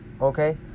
Okay